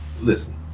listen